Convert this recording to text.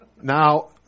Now